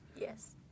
Yes